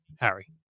Harry